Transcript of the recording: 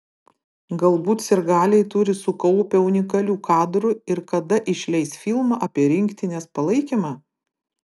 galbūt sirgaliai turi sukaupę unikalių kadrų ir kada išleis filmą apie rinktinės palaikymą